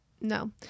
No